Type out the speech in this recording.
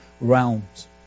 realms